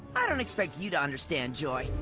i don't expect you to understand, joy,